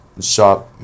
Shop